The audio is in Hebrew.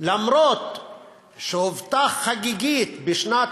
אף-על-פי שהובטח חגיגית, בשנת